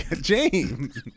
James